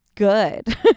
good